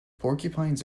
porcupines